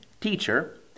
Teacher